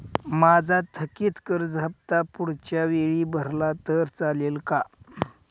माझा थकीत कर्ज हफ्ता पुढच्या वेळी भरला तर चालेल का?